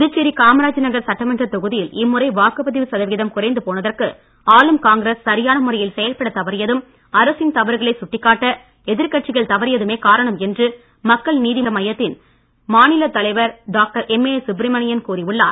புதுச்சேரி காமராஜ் நகர் சட்டமன்றத் தொகுதியில் இம்முறை வாக்குப்பதிவு சதவிகிதம் குறைந்து போனதற்கு ஆளும் காங்கிரஸ் சரியான முறையில் செயல்படத் தவறியதும் அரசின் தவறுகளை சுட்டிக்காட்ட எதிர்கட்சிகள் தவறியதுமே காரணம் என்று மக்கள் நீதிமையத்தின் மாநிலத் தலைவர் டாக்டர் எம்ஏஎஸ் சுப்ரமணியன் கூறியுள்ளார்